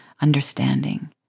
understanding